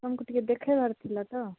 ଆପଣଙ୍କୁ ଟିକେ ଦେଖେଇବାର ଥିଲା ତ